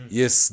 yes